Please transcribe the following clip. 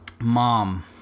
mom